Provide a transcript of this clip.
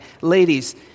Ladies